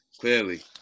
clearly